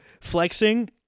flexing